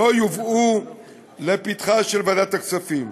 לא יובאו לפתחה של ועדת הכספים.